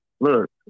look